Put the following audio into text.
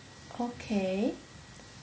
okay